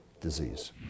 disease